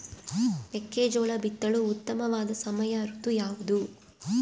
ಮೆಕ್ಕೆಜೋಳ ಬಿತ್ತಲು ಉತ್ತಮವಾದ ಸಮಯ ಋತು ಯಾವುದು?